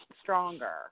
stronger